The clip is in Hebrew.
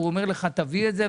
הוא אומר לך: תביא את זה.